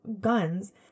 guns